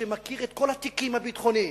שמכיר את כל התיקים הביטחוניים,